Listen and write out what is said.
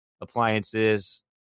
appliances